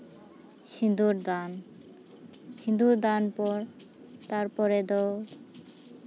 ᱥᱤᱸᱫᱩᱨ ᱫᱟᱱ ᱥᱤᱸᱫᱩᱨ ᱫᱟᱱ ᱯᱚᱨ ᱛᱟᱨᱯᱚᱨᱮ ᱫᱚ